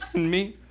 me